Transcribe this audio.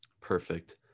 Perfect